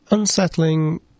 Unsettling